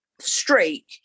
streak